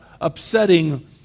upsetting